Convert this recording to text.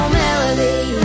melody